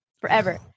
Forever